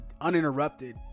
Uninterrupted